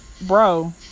bro